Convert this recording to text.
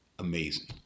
Amazing